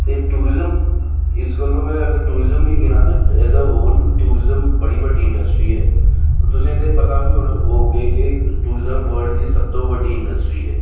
ते टूरियंम इस गल्लों में टूंरीजम गी गिनां ते इस हा होल टूंरीजम बड़ी बड्डी इडंस्ट्री ऐ और तुसें ते पता बी होग कि इक टूरियम वर्ल्ड दी सभनें थमां बड़ी इंडस्ट्री ऐ